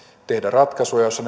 tehdä ratkaisuja joissa